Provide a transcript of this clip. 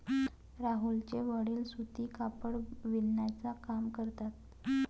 राहुलचे वडील सूती कापड बिनण्याचा काम करतात